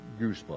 goosebumps